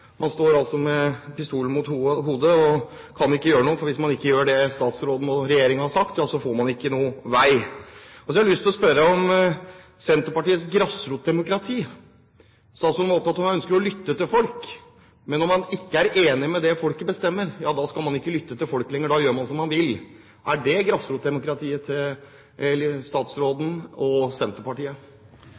Man står altså med pistolen mot hodet og kan ikke gjøre noe, for hvis man ikke gjør det statsråden og regjeringen har sagt, får man ikke noen vei. Så har jeg lyst til å spørre om Senterpartiets grasrotdemokrati. Statsråden sa at hun var opptatt av å lytte til folk. Men når man ikke er enig i det folket bestemmer, skal man ikke lytte til folket lenger. Da gjør man som man vil. Er det grasrotdemokratiet til statsråden og Senterpartiet?